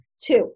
Two